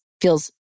feels